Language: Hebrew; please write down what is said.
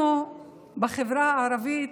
אנחנו בחברה הערבית,